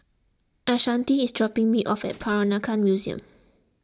Ashanti is dropping me off at Peranakan Museum